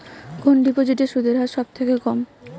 কোন ডিপোজিটে সুদের হার সবথেকে কম?